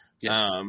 Yes